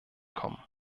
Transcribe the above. kommen